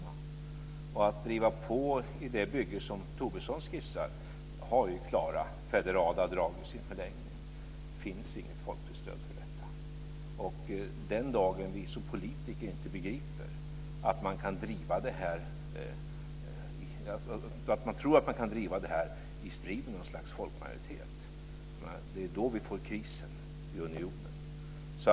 Det finns inget folkligt stöd för att driva på det bygge som Tobisson skissar på, med i förlängningen klara federala drag. Den dag vi som politiker tror att man kan driva det här i strid med något slags folkmajoritet får vi en kris i unionen.